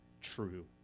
true